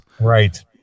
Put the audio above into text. right